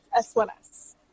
S1S